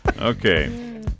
Okay